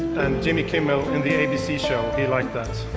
jimmy kimmel in the abc show, he liked that.